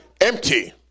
empty